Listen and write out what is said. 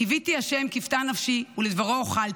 קִויתי ה' קִותה נפשי, ולדברו הוחלתי.